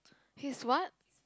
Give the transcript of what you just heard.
he's what